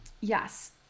Yes